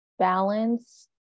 balance